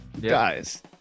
guys